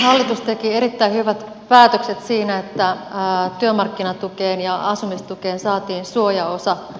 hallitus teki erittäin hyvät päätökset siinä että työmarkkinatukeen ja asumistukeen saatiin suojaosa